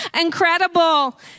incredible